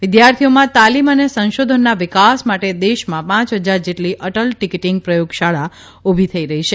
વિદ્યાર્થોમાં તાલીમ અને સંશોધનના વિકાસ માટે દેશમાં પાય હજાર જેટલી અટલ ટીકટીંગ પ્રયોગશાળા ઊભી થઇ રઠી છે